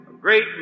great